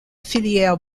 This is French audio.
filière